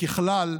ככלל,